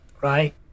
right